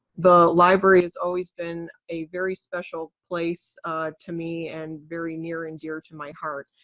the library has always been a very special place to me, and very near and dear to my heart.